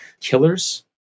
killers